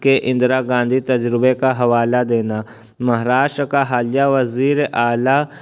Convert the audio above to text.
کے اندرا گاندھی کے تجربے کا حوالہ دینا مہاراشٹر کا حالیہ وزیر اعلیٰ